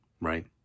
right